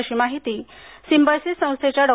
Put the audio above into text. अशी माहिती सिंबायोसिस संस्थेच्या डॉ